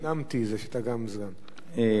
תשובה על ההצעה הדחופה לסדר-היום